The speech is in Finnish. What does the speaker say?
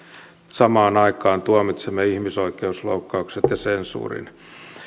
samaan aikaan tuomitsemme ihmisoikeusloukkaukset ja sensuurin